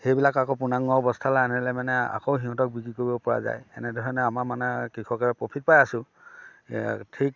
সেইবিলাক আকৌ পূৰ্ণাংগ অৱস্থালৈ আনিলে মানে আকৌ সিহঁতক বিক্ৰী কৰিব পৰা যায় এনেধৰণে আমাৰ মানে কৃষকে প্ৰফিট পাই আছোঁ এয়া ঠিক